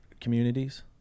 communities